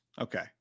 Okay